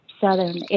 Southern